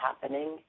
happening